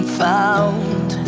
found